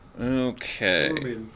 Okay